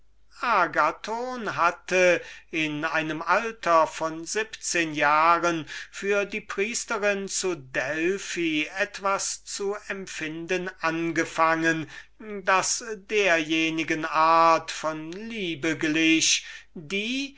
hatte in einem alter von siebzehn jahren für die priesterin zu delphi etwas zu empfinden angefangen das derjenigen art von liebe glich die